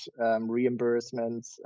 reimbursements